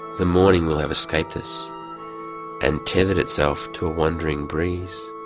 the morning will have escaped us and tethered itself to a wandering breeze